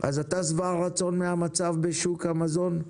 אז אתה שבע רצון מהמצב בשוק המזון?